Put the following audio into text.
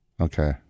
Okay